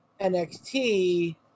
NXT